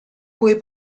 puoi